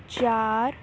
ਚਾਰ